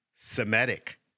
Semitic